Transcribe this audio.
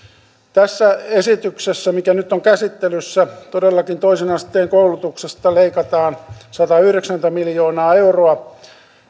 tässä esityksessä mikä nyt on käsittelyssä todellakin toisen asteen koulutuksesta leikataan satayhdeksänkymmentä miljoonaa euroa